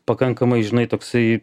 pakankamai žinai toksai